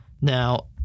Now